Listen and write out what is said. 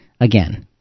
again